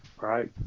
Right